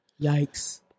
Yikes